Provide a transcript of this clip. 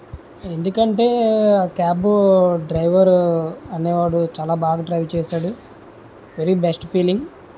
ఎందుకంటే ఆ cab driver అనే వాడు చాలా బాగా డ్రైవ్ చేశాడు వెరీ బెస్ట్ ఫీలింగ్